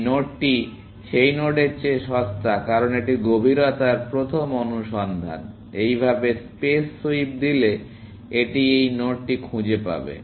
এই নোডটি সেই নোডের চেয়ে সস্তা কারণ এটি গভীরতার প্রথম অনুসন্ধান এইভাবে স্পেস সুইপ দিলে এটি এই নোডটি খুঁজে পাবে